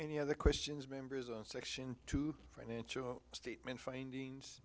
any other questions members on section two financial statements findings